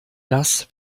das